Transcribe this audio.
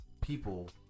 people